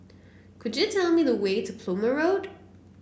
could you tell me the way to Plumer Road